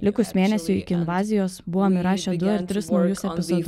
likus mėnesiui iki invazijos buvom įrašę du ar tris naujus epizodu